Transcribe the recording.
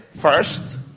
first